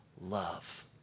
love